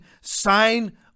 sign